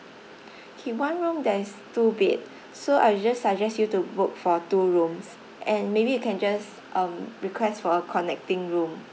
K one room there is two bed so I just suggest you to book for two rooms and maybe you can just um request for a connecting room